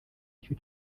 aricyo